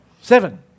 Seven